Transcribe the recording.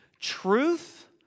truth